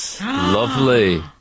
Lovely